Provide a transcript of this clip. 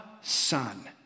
son